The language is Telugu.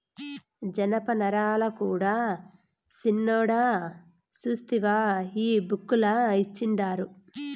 జనపనారల కూడా సిన్నోడా సూస్తివా ఈ బుక్ ల ఇచ్చిండారు